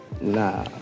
Nah